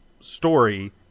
story